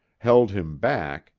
held him back,